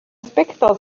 specdols